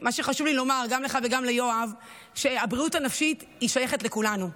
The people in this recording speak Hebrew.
מה שחשוב לי לומר גם לך וגם ליואב הוא שהבריאות הנפשית שייכת לכולנו,